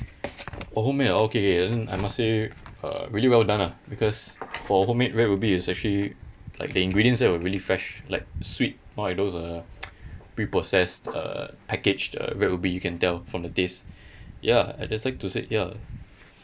oh homemade ah okay okay and then I must say uh really well done lah because for homemade red ruby is actually like the ingredients there were really fresh like sweet not like those uh preprocessed uh packaged uh red ruby you can tell from the taste ya I just like to say ya